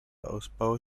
ausbau